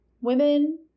women